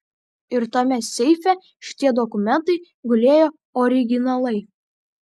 ir tame seife šitie dokumentai gulėjo originalai